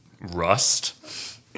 Rust